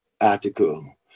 article